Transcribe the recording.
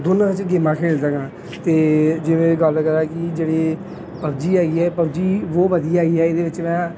ਦੋਨਾਂ 'ਚ ਗੇਮਾਂ ਖੇਡਦਾ ਹੈਗਾ ਅਤੇ ਜਿਵੇਂ ਗੱਲ ਕਰਾਂ ਕਿ ਜਿਹੜੀ ਪਬਜੀ ਹੈਗੀ ਆ ਪਬਜੀ ਬਹੁਤ ਵਧੀਆ ਹੈਗੀ ਹੈ ਇਹਦੇ ਵਿੱਚ ਮੈਂ